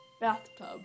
Bathtub